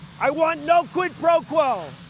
i want no quid pro quo.